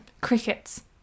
Crickets